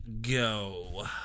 go